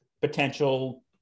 potential